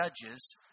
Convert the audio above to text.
judges